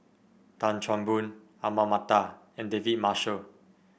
Tan Chan Boon Ahmad Mattar and David Marshall